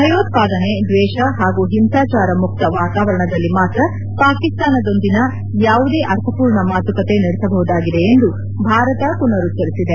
ಭಯೋತ್ಸಾದನೆ ದ್ಲೇಷ ಹಾಗೂ ಹಿಂಸಾಚಾರ ಮುಕ್ತ ವಾತಾವರಣದಲ್ಲಿ ಮಾತ್ರ ಪಾಕಿಸ್ತಾನದೊಂದಿನ ಯಾವುದೇ ಅರ್ಥಪೂರ್ಣ ಮಾತುಕತೆ ನಡೆಸಬಹುದಾಗಿದೆ ಎಂದು ಭಾರತ ಪುನರುಚ್ಚರಿಸಿದೆ